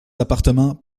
appartements